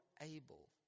able